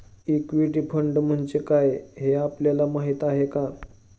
Equity fund म्हणजे काय, हे आपल्याला माहीत आहे का?